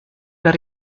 per